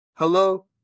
Hello